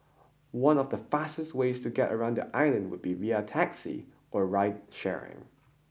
one of the fastest ways to get around the island would be via taxi or ride sharing